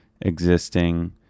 existing